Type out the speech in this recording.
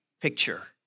picture